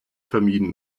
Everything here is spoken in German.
vermieden